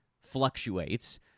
fluctuates